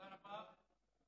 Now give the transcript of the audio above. תודה רבה.